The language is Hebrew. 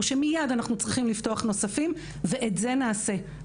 או שמיד אנחנו צריכים לפתוח נוספים ואת זה נעשה.